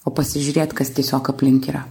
o pasižiūrėt kas tiesiog aplink yra